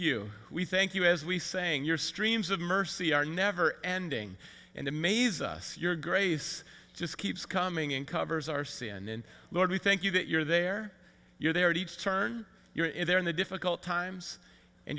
you we thank you as we saying your streams of mercy are never ending and amaze us your grace just keeps coming and covers our c n n lord we thank you that you're there you're there at each turn you're in there in the difficult times and